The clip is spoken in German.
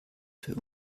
für